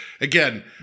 again